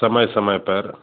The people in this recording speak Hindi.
समय समय पर